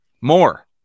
more